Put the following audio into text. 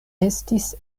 estis